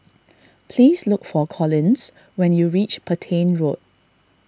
please look for Collins when you reach Petain Road